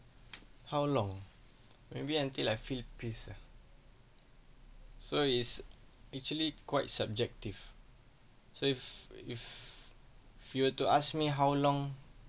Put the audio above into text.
how long maybe until I feel peace ah so is actually quite subjective so if if you were to ask me how long